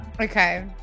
okay